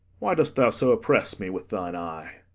why dost thou so oppress me with thine eye?